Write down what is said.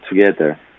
together